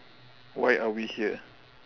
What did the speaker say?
why are we here